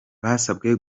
basabwe